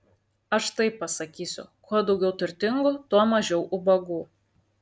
aš taip pasakysiu kuo daugiau turtingų tuo mažiau ubagų